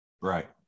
Right